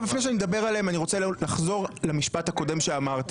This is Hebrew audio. אבל לפני שאני אדבר עליהם אני רוצה לחזור למשפט הקודם שאמרתי.